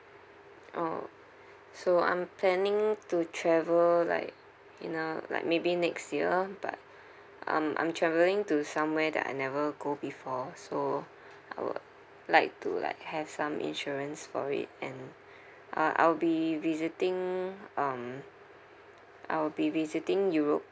oh so I'm planning to travel like in a like maybe next year but um I'm travelling to somewhere that I never go before so I would like to like have some insurance for it and uh I'll be visiting um I'll be visiting europe